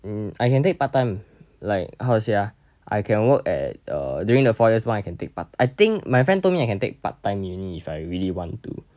mm I can take part time like how to say ah I can work at err during the four years one I can take part t~ I think my friend told me I can take part time uni if I really want to